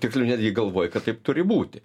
tiksliau netgi galvoju kad taip turi būti